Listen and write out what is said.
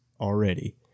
already